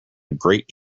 great